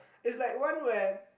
it's like one where